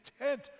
intent